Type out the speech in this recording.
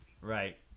right